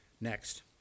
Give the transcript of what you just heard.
Next